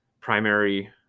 primary